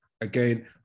again